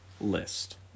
list